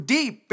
Deep